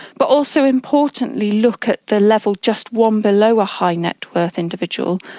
but also importantly look at the level just one below a high net worth individual,